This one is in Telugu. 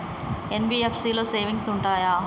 ఎన్.బి.ఎఫ్.సి లో సేవింగ్స్ ఉంటయా?